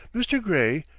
mr. gray,